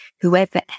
whoever